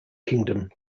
kingdom